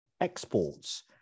exports